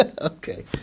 Okay